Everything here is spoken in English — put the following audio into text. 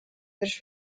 this